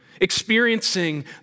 Experiencing